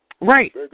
Right